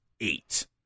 eight